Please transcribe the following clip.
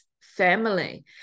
family